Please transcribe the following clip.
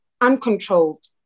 uncontrolled